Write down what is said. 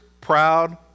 proud